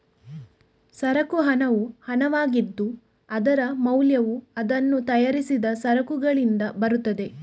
ಸರಕು ಹಣವು ಹಣವಾಗಿದ್ದು, ಅದರ ಮೌಲ್ಯವು ಅದನ್ನು ತಯಾರಿಸಿದ ಸರಕುಗಳಿಂದ ಬರುತ್ತದೆ